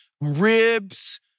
ribs